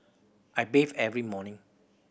I bathe every morning